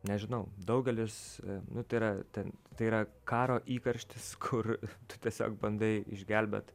nežinau daugelis nu tai yra ten tai yra karo įkarštis kur tu tiesiog bandai išgelbėt